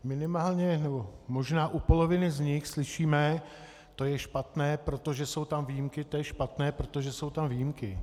Minimálně, nebo možná u poloviny z nich slyšíme: to je špatné, protože jsou tam výjimky, to je špatné, protože jsou tam výjimky.